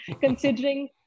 considering